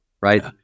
right